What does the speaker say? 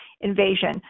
Invasion